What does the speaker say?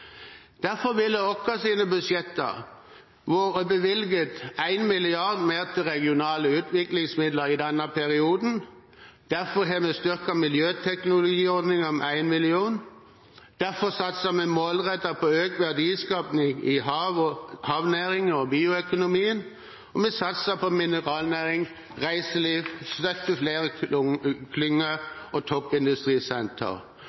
Derfor har vi i våre budsjetter bevilget 1 mrd. kr mer til regionale utviklingsmidler i denne perioden, derfor har vi styrket miljøteknologiordningen med 1 mill. kr, derfor satser vi målrettet på økt verdiskaping i havnæringen og bioøkonomien, og vi satser på mineralnæring, reiseliv, flere